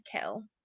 kill